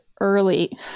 early